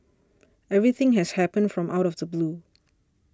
everything has happened from out of the blue